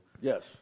Yes